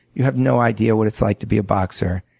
you have no idea what it's like to be a boxer.